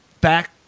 back